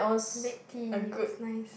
red tea was nice